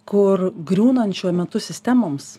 kur griūnant šiuo metu sistemoms